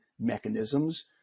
mechanisms